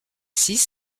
six